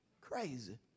crazy